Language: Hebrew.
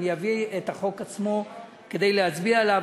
אני אביא את החוק עצמו כדי להצביע עליו.